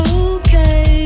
okay